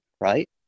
Right